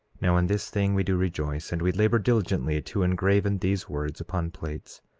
now in this thing we do rejoice and we labor diligently to engraven these words upon plates,